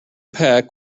pack